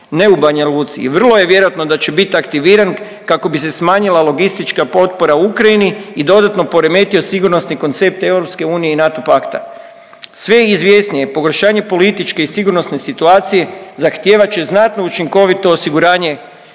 ne u Banja Luci i vrlo je vjerojatno da će bit aktiviran kako bi se smanjila logistička potpora Ukrajini i dodatno poremetio sigurnosni koncept EU i NATO pakta. Sve izvjesnije pogoršanje političke i sigurnosne situacije zahtijevat će znatno učinkovito osiguranje